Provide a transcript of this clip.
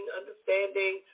understanding